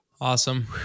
Awesome